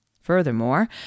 Furthermore